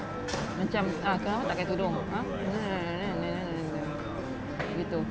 macam ah kenapa tak pakai tudung !huh! gitu